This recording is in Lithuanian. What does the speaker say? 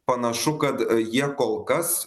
panašu kad jie kol kas